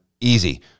easy